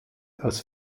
aus